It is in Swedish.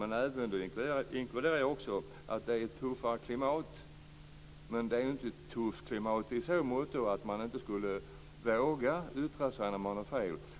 Då inkluderar jag också att det är ett tuffare klimat. Men det är inte ett tufft klimat i så måtto att man inte skulle våga yttra sig när någon har fel.